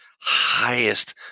highest